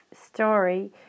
story